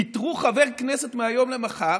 פיטרו חבר כנסת מהיום למחר.